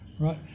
right